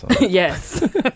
Yes